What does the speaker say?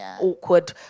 awkward